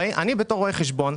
אני בתור רואה חשבון,